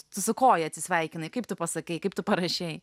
tu su koja atsisveikinai kaip tu pasakei kaip tu parašei